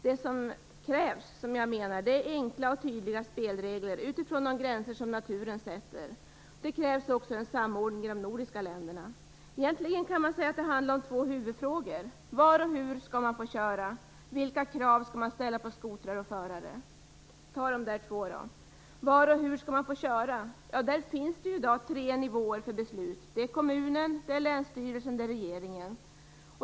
Det som krävs, enligt min mening, är enkla och tydliga spelregler utifrån de gränser som naturen sätter. Det krävs också en samordning mellan de nordiska länderna. Egentligen kan man säga att det handlar om två huvudfrågor: Var och hur skall man få köra? Vilka krav skall man ställa på skotrar och förare? Jag skall nu ta dessa frågor i tur och ordning. Var och hur skall man få köra? I dag finns det tre nivåer för beslut: kommunen, länsstyrelsen och regeringen.